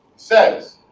says